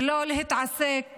ולא להתעסק